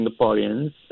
Singaporeans